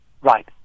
Right